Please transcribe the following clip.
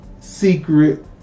secret